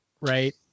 Right